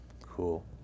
cool